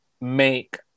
make